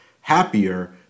happier